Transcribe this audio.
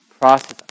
process